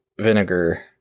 Vinegar